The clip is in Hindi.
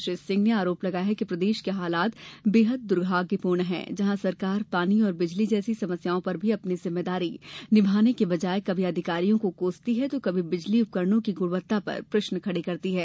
श्री सिंह ने आरोप लगाया कि प्रदेश के हालात बेहद दुर्भाग्यपूर्ण है जहां सरकार पानी और बिजली जैसी समस्याओं पर भी अपनी जिम्मेदारी निभाने के बजाए कभी अधिकारियों को कोसती है तो कभी बिजली उपकरणों की गुणवत्ता पर प्रश्न खड़े करती है